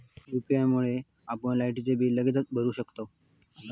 UPI मुळे आपण लायटीचा बिल लगेचच भरू शकतंव